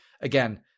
Again